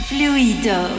Fluido